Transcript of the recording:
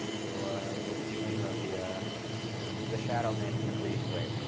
little ah little viewing of the ah the shadow man in the breezeway.